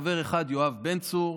חבר אחד: יואב בן צור,